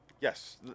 yes